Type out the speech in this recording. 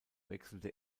wechselte